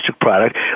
product